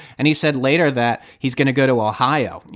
and he said later that he's going to go to ohio. you